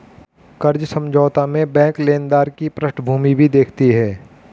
कर्ज समझौता में बैंक लेनदार की पृष्ठभूमि भी देखती है